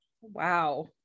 Wow